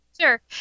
Sure